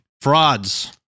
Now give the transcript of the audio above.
Frauds